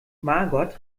margot